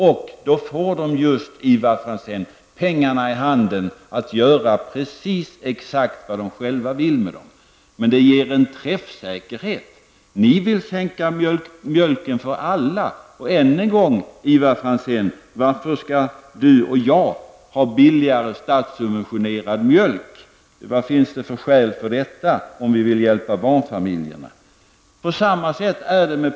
Då får just barnfamiljerna, Ivar Franzén, pengar i handen som de själva kan göra exakt vad de vill med. Det ger en träffsäkerhet. Ni vill sänka priset på mjölk för alla. Och än en gång, varför skall Ivar Franzén och jag ha billigare statssubventionerad mjölk? Vad finns det för skäl till detta, om vi vill hjälpa barnfamiljerna?